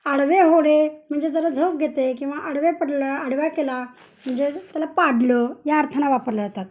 आडवे होणे म्हणजे जरा झोप घेते किंवा आडवे पडल्या आडव्या केला म्हणजे त्याला पाडलं या अर्थानं वापरल्या जातात